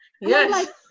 Yes